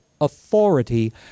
authority